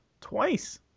twice